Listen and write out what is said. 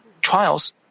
trials